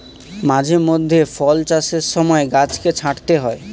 মাঝে মধ্যে ফল চাষের সময় গাছকে ছাঁটতে হয়